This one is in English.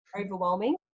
overwhelming